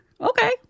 Okay